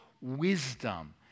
wisdom